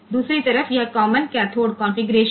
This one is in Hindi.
दूसरी तरफ यह कॉमन कैथोड कंफीग्रेशन